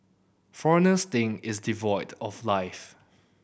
foreigners think it's devoid of life